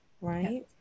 right